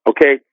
Okay